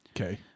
Okay